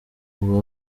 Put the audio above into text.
uba